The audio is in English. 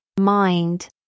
mind